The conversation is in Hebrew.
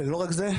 ולא רק זה,